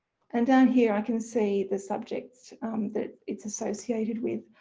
and down here i can see the subjects that it's associated with.